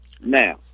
now